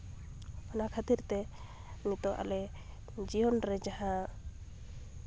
ᱚᱱᱟ ᱠᱷᱟᱹᱛᱤᱨ ᱛᱮ ᱱᱤᱛᱚᱜ ᱟᱞᱮ ᱡᱤᱭᱚᱱ ᱨᱮ ᱡᱟᱦᱟᱸ